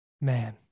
Man